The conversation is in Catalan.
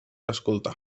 escoltar